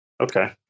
Okay